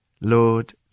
Lord